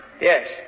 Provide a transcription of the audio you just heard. Yes